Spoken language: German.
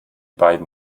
beiden